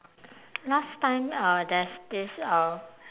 last time uh there's this uh